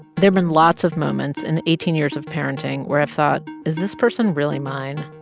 there've been lots of moments in eighteen years of parenting where i've thought, is this person really mine?